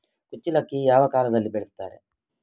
ಕುಚ್ಚಲಕ್ಕಿ ಯಾವ ಕಾಲದಲ್ಲಿ ಬೆಳೆಸುತ್ತಾರೆ?